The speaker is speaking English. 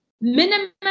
minimum